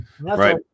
Right